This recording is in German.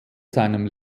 seinem